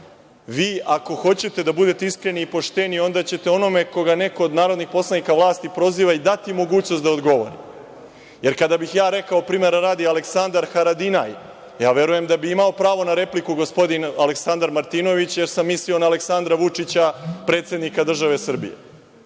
vi ako hoćete da budete iskreni i pošteni, onda ćete onome koga neko od narodnih poslanika vlasti proziva, dati mogućnost da odgovori, jer kada bih ja rekao, primera radi, Aleksandar Haradinaj, verujem da bi imao pravo na repliku Aleksandar Martinović, jer sam mislio na Aleksandra Vučića, predsednika države Srbije. Hoćemo